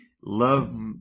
love